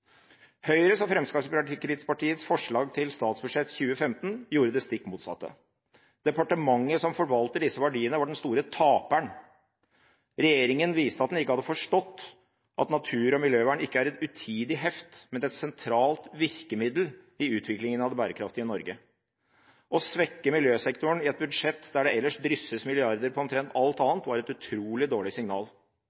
og økosystemenes tålegrenser. Høyre og Fremskrittspartiets forslag til statsbudsjett 2015 gjorde det stikk motsatte. Departementet som forvalter disse verdiene, var den store taperen. Regjeringen viste at den ikke hadde forstått at natur og miljøvern ikke er et utidig heft, men et sentralt virkemiddel i utviklingen av det bærekraftige Norge. Å svekke miljøsektoren i et budsjett der det ellers drysses milliarder på omtrent alt